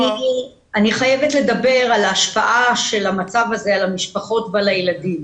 אני חייבת לדבר על ההשפעה של המצב הזה על המשפחות ועל הילדים.